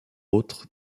autres